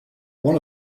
one